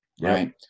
right